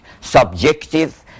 subjective